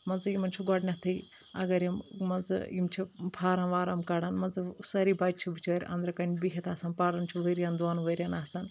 مان ژٕ یِمَن چھُ گۄڈنؠتھٕے اگر یِم مان ژٕ یِم چھِ فارَم وارم کَڑان مان ژٕ سٲری بَچہِ چھِ بِچٲرۍ انٛدرٕ کَنہِ بِہِتھ آسَان پران چھُ ؤریَن دۄن ؤریَن آسَان